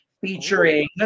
featuring